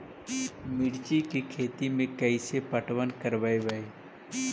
मिर्ची के खेति में कैसे पटवन करवय?